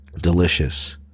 delicious